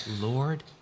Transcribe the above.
Lord